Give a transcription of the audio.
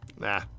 Nah